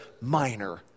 minor